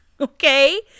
Okay